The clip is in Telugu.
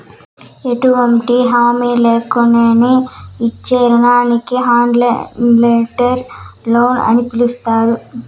ఎటువంటి హామీ లేకున్నానే ఇచ్చే రుణానికి అన్సెక్యూర్డ్ లోన్ అని పిలస్తారు